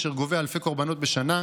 אשר גובה אלפי קורבנות בשנה,